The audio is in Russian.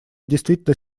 действительно